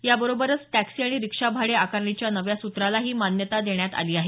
याबरोबरचं टॅक्सी आणि रिक्षा भाडे आकारणीच्या नव्या सूत्रालाही मान्यता देण्यात आली आहे